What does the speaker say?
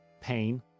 pain